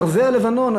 ארזי הלבנון,